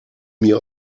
mir